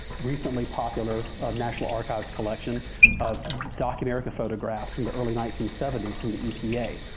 recently popular national archives collection of documerica photographs in the early nineteen seventy s in the epa.